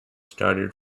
started